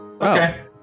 Okay